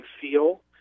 feel